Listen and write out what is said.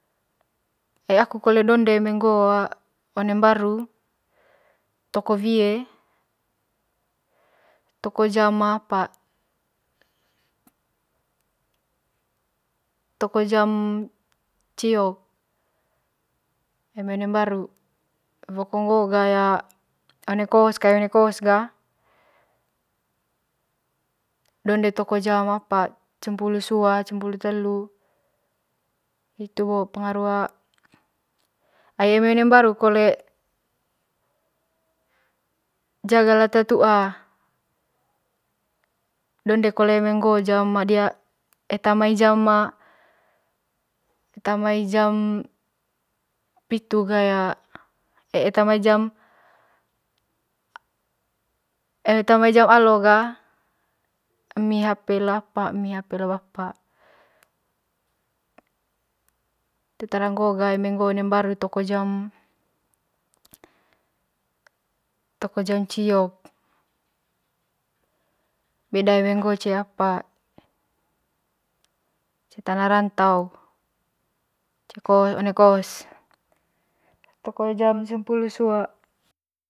Ai aku kole eme ngo one mbaru toko wie toko jam apa toko jam ciok eme one mbaru woko ngo'o ga ya one kos kaeng one kos ga donde toko jam apa cempulu sua cempulu telu hitu bo pengaru a eme one mbaru kole jaga lata tu'a donde kole eme ngo eta mai jam et mai jam pitu ga eta mai jam eme eta mai jam alo ga emi hp le bapa hitu tara ngo ga one mbaru toko jam toko jam ciok beda eme ngo ce'e apa ce'e tana rantau ce'e kos one kos toko jam sempulu sua.